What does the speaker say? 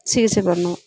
சிகிச்சை பண்ணுவோம்